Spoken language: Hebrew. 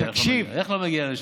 איך לא מגיע לשם?